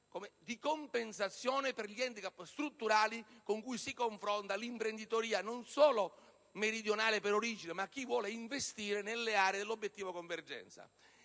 di compensazione per gli *handicap* strutturali con cui si confronta non solo l'imprenditoria meridionale per origine, ma anche chi vuole investire nelle aree dell'Obiettivo Convergenza.